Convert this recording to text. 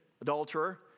adulterer